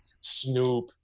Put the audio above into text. Snoop